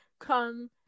come